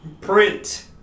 print